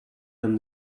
and